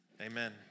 Amen